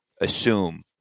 assume